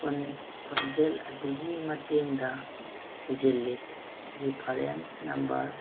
ꯈꯣꯟꯖꯦꯜ ꯑꯗꯨꯒꯤ ꯃꯇꯦꯡꯗ ꯊꯤꯖꯤꯜꯂꯤ ꯔꯤꯐꯔꯦꯟꯁ ꯅꯝꯕꯔ